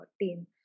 team